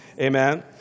Amen